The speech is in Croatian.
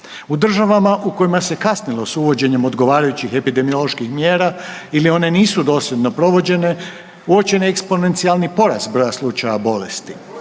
U državama kojima se kasnilo s uvođenjem odgovarajućih epidemioloških mjera ili one nisu dosljedno provođene, uočen je eksponencijalni porast broja slučaja bolesti.